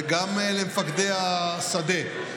וגם למפקדי השדה.